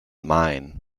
mine